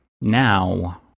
Now